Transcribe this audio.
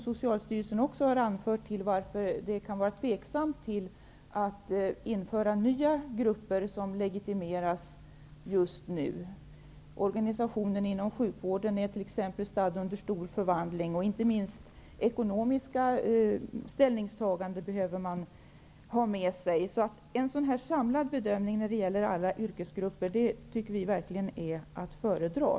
Socialstyrelsen har anfört flera andra skäl till att det kan finnas tvivel när det gäller att just nu införa nya grupper för legitimering. Organisationen inom sjukvården t.ex. är stadd i en stor omvandling. Inte minst ekonomiska ställningstaganden behövs. En samlad bedömning av alla yrkesgrupper är verkligen enligt vår uppfattning att föredra.